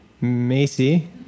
Macy